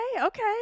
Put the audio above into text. okay